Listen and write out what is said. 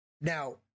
Now